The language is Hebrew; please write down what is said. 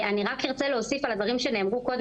אני ארצה להוסיף על הדברים שנאמרו קודם